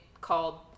called